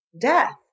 death